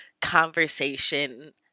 conversation